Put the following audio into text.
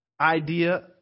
idea